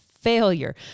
failure